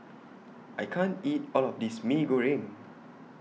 I can't eat All of This Mee Goreng